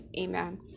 amen